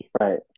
Right